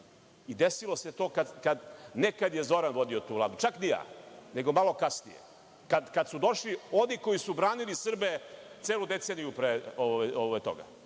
I, desilo se to, ne kad je Zoran vodio tu vladu, čak ni ja, nego malo kasnije, kad su došli oni koji su branili Srbe celu deceniju pre toga.